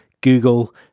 Google